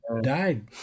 died